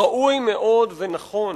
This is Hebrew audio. ראוי מאוד ונכון,